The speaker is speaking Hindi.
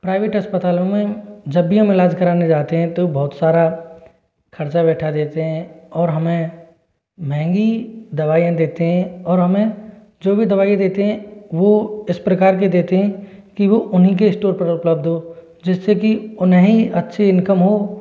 प्राइवेट अस्पतालों में जब भी हम इलाज़ कराने जाते हैं तो बहुत सारा खर्चा बैठा देते हैं और हमें महंगी दवाईयाँ देते हैं और हमें जो भी दवाईया देते हैं वह इस प्रकार के देते हैं कि वह उन्हीं के स्टोर पर उपलब्ध हो जिससे कि उन्हे ही अच्छे इनकम हो